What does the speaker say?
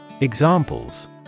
Examples